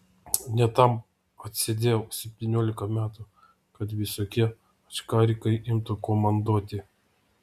ne tam atsėdėjau septyniolika metų kad visokie ačkarikai imtų komanduoti